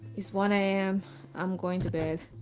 he's one i am i'm going to bed